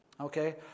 Okay